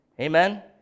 amen